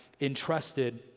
entrusted